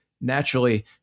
naturally